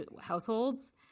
households